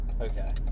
Okay